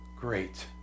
great